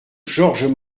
georges